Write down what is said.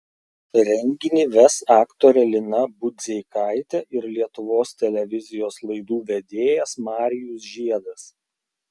renginį ves aktorė lina budzeikaitė ir lietuvos televizijos laidų vedėjas marijus žiedas